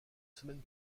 semaines